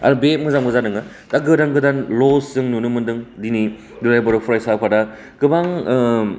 आर बे मोजांबो जादोङो दा गोदान गोदान लज जों नुनो मोन्दों दिनै दुलाराय बर' फरायसा आफादा गोबां ओ